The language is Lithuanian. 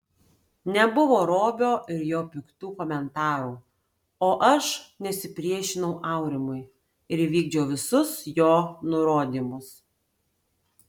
nebuvo robio ir jo piktų komentarų o aš nesipriešinau aurimui ir vykdžiau visus jo nurodymus